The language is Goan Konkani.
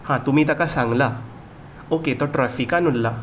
हा तुमी ताका सांगलां ओके तो ट्रॅफिकान उरला